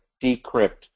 decrypt